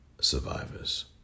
survivors